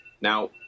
Now